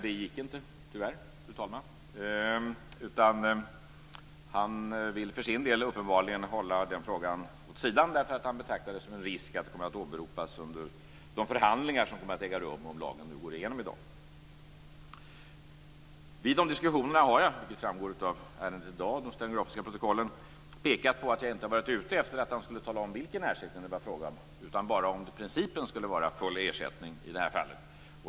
Det gick tyvärr inte, fru talman, utan han vill uppenbarligen för sin del hålla frågan åt sidan därför att han betraktar det som en risk att det kommer att åberopas under de förhandlingar som kommer att äga rum om lagförslaget går igenom i dag. Vid diskussionerna har jag - det framgår av de stenografiskt upptecknade protokollen - pekat på att jag inte varit ute efter att han skulle tala om vilken ersättning det skulle vara fråga om utan bara om principen skulle vara full ersättning i det här fallet.